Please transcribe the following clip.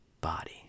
body